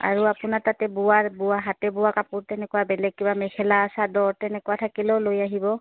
আৰু আপোনাৰ তাতে বোৱা বোৱা হাতে বোৱা কাপোৰ তেনেকুৱা বেলেগ কিবা মেখেলা চাদৰ তেনেকুৱা থাকিলেও লৈ আহিব